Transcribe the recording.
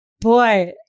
Boy